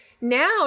Now